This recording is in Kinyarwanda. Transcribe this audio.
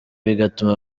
bigatuma